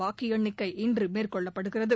வாக்கு எண்ணிக்கை இன்று மேற்கொள்ளப்படுகிறது